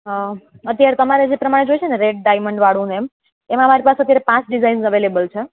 અત્યાર તમારે જે પ્રમાણે જોએ છે ને રેડ ડાઈમન્ડવાળું એમ અમારી પાસે અત્યારે પાંચ ડિજાઇન અવેલીબલ છે